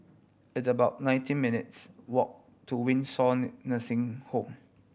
it's about nineteen minutes' walk to Windsor Nursing Home